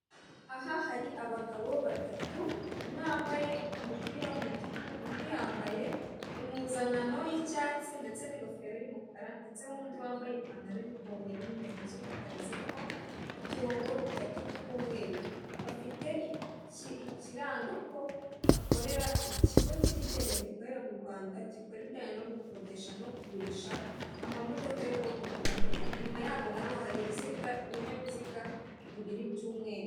Aha hari abagabo batatu ,umwe wambaye umupira w'umutuku, undi yambaye impuzankano y'icyatsi ndetse n'ingofero y'umukara, ndetse n'undi wambaye ipantaro y'ikoboyi ,inkweto z'umukara zirimo uturongo dutatu tw'umweru. Afite ikiranga ko akorera ikigo cyigenga gikorera mu Rwanda, gikora ibijyanye no gukodesha no kugurisha amamodoka y'ubwoko butandukanye .nyuma yabo nabo hari ibinyabiziga bibiri by'umweru.